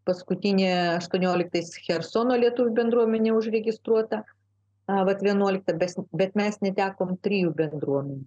paskutinė aštuonioliktais chersono lietuvių bendruomenė užregistruota vienuolika bet mes netekom trijų bendruomenių